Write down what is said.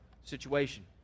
situation